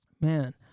man